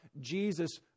Jesus